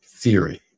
theory